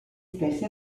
stessi